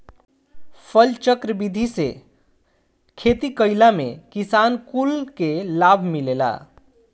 फसलचक्र विधि से खेती कईला में किसान कुल के लाभ मिलेला